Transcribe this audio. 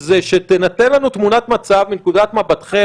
שייתן לנו נקודת מצב מנקודת מבטכם,